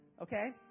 Okay